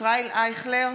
ישראל אייכלר,